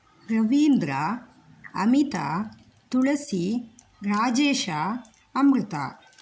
रवीन्द्रः अमिता तुलसी राजेशः अमृता